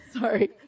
sorry